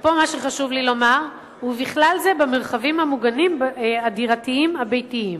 ופה מה שחשוב לי לומר: "ובכלל זה במרחבים המוגנים הדירתיים הביתיים".